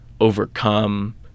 overcome